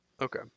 Okay